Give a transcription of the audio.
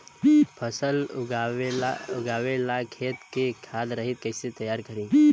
फसल उगवे ला खेत के खाद रहित कैसे तैयार करी?